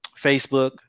facebook